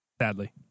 Sadly